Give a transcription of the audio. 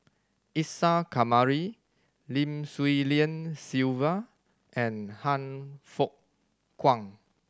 Isa Kamari Lim Swee Lian Sylvia and Han Fook Kwang